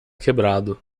quebrado